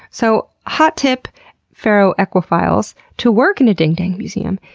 so, hot tip ferroequiphiles. to work in a ding-dang museum,